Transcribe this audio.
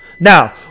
Now